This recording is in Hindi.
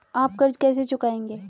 आप कर्ज कैसे चुकाएंगे?